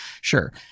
Sure